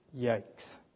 Yikes